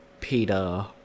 Peter